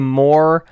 more